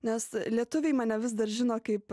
nes lietuviai mane vis dar žino kaip